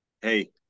hey